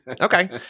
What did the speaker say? okay